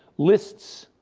lists,